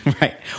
Right